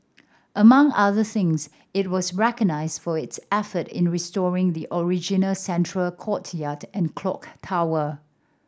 among other things it was recognised for its effort in restoring the original central courtyard and clock tower